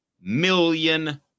million